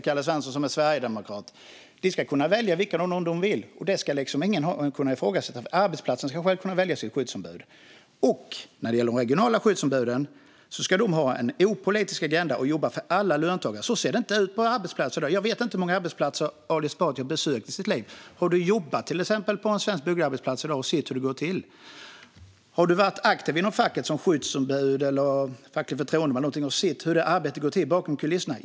De ska kunna välja vilken av dem som de vill, och det ska ingen kunna ifrågasätta. Arbetsplatsen ska själv kunna välja sitt skyddsombud. När det gäller de regionala skyddsombuden ska de ha en opolitisk agenda och jobba för alla löntagare. Så ser det inte ut på arbetsplatser i dag. Jag vet inte hur många arbetsplatser Ali Esbati har besökt i sitt liv. Har du jobbat på till exempel en svensk byggarbetsplats och sett hur det går till? Har du varit aktiv inom facket som skyddsombud eller facklig förtroendeman och sett hur arbetet går till bakom kulisserna?